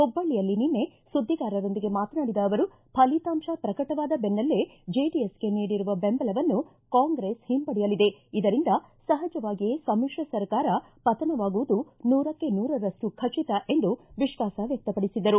ಹುಬ್ದಳ್ಳಿಯಲ್ಲಿ ನಿನ್ನೆ ಸುದ್ದಿಗಾರರೊಂದಿಗೆ ಮಾತನಾಡಿದ ಅವರು ಫಲಿತಾಂಶ ಪ್ರಕಟವಾದ ಬೆನ್ನಲ್ಲೇ ಜೆಡಿಎಸ್ಗೆ ನೀಡಿರುವ ಬೆಂಬಲವನ್ನು ಕಾಂಗ್ರೆಸ್ ಹಿಂಪಡೆಯಲಿದೆ ಇದರಿಂದ ಸಹಜವಾಗಿಯೇ ಸಮಿತ್ರ ಸರ್ಕಾರ ಪತನವಾಗುವುದು ನೂರಕ್ಷೆ ನೂರರಷ್ಟು ಖಟಿತ ಎಂದು ವಿಶ್ವಾಸವ್ಯಕ್ತಪಡಿಸಿದರು